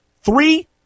three